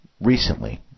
recently